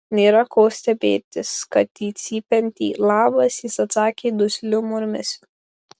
nėra ko stebėtis kad į cypiantį labas jis atsakė dusliu murmesiu